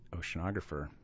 oceanographer